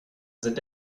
sind